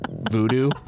voodoo